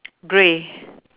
grey